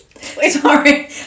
Sorry